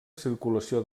circulació